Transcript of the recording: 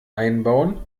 einbauen